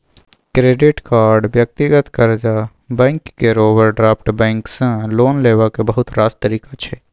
credit card, व्यक्तिगत कर्जा, bank केर ओवरड्राफ्ट बैंक सँ लोन लेबाक बहुत रास तरीका छै